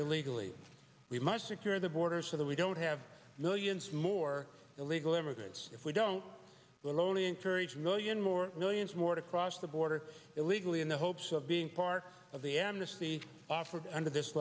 here legally we must secure the borders for that we don't have millions more illegal immigrants if we don't will only encourage million more millions more to cross the border illegally in the hopes of being part of the amnesty offered under this